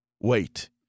wait